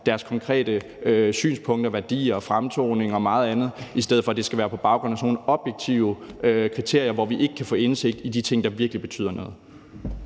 deres konkrete synspunkter, værdier og fremtoning og meget andet, i stedet for at det skal være på baggrund af nogle objektive kriterier, hvor vi ikke kan få indsigt i de ting, der virkelig betyder noget.